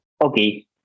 Okay